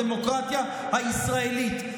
מנגנוני הבחירות בדמוקרטיה הישראלית.